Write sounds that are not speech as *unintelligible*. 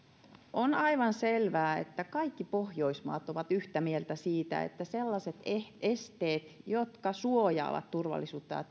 on aivan selvää että kaikki pohjoismaat ovat yhtä mieltä siitä että sellaisten esteiden jotka suojaavat esimerkiksi turvallisuutta ja *unintelligible*